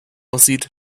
aussieht